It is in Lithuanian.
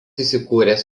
įsikūręs